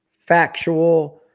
factual